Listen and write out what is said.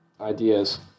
ideas